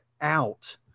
out –